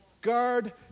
guard